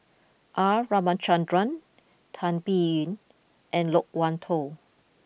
R Ramachandran Tan Biyun and Loke Wan Tho